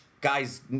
guy's